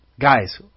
guys